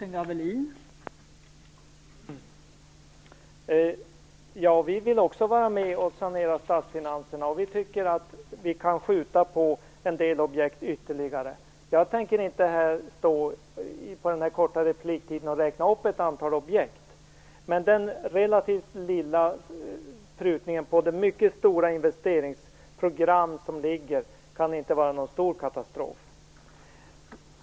Fru talman! Vi vill också vara med och sanera statsfinanserna. Vi tycker att vi kan vara med och skjuta på en del objekt ytterligare. Jag tänker inte stå här och på den korta repliktiden räkna upp ett antal objekt. Men den relativt lilla prutning på det stora investeringsprogram som har lagts fram kan inte vara någon stor katastrof.